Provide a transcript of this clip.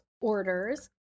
orders